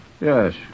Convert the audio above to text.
Yes